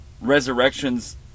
Resurrections